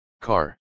Car